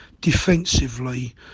defensively